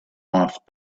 off